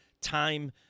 time